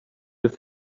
his